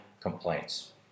complaints